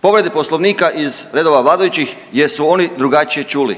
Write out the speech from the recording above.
povrede Poslovnika iz redova vladajućih jer su oni drugačije čuli,